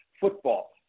football